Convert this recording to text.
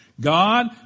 God